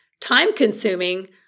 time-consuming